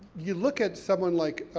you look at someone like,